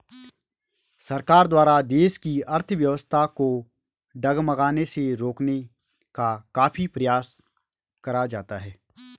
सरकार द्वारा देश की अर्थव्यवस्था को डगमगाने से रोकने का काफी प्रयास करा जाता है